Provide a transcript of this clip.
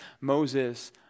Moses